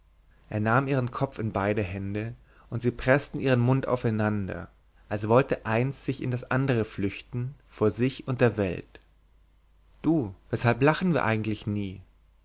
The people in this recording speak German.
er nahm ihren kopf in beide hände und sie preßten ihren mund aufeinander als wollte eins sich in das andere flüchten vor sich und der welt du weshalb lachen wir eigentlich nie